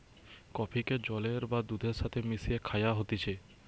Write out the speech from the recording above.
কফিকে জলের বা দুধের সাথে মিশিয়ে খায়া হতিছে